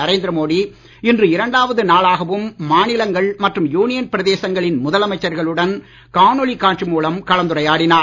நரேந்திர மோடி இன்று இரண்டாவது நாளாகவும் மாநிலங்கள் மற்றும் யூனியன் பிரதேசங்களின் முதலமைச்சர்களுடன் காணொளி காட்சி மூலம் கலந்துரையாடினார்